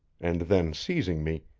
and then seizing me,